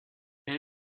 elle